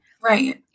Right